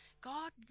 God